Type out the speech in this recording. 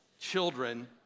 children